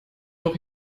doch